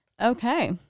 Okay